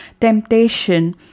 temptation